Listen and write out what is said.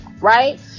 right